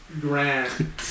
grand